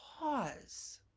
pause